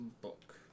Book